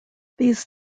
these